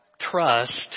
trust